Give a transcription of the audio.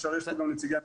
יש כאן גם נציגי המכללות.